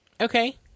Okay